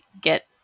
get